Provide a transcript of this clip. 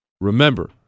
Remember